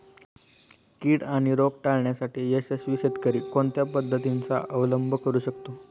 कीड आणि रोग टाळण्यासाठी यशस्वी शेतकरी कोणत्या पद्धतींचा अवलंब करू शकतो?